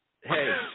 hey